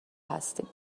هستیم